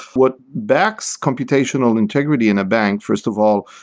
what backs computational integrity in a bank, first of all,